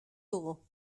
dugu